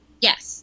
Yes